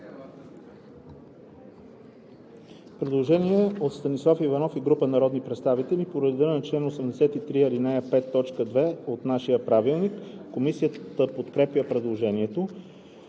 предложение от Станислав Иванов и група народни представители по реда на чл. 83, ал. 5, т. 2 от нашия правилник. Комисията подкрепя предложението.